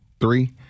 three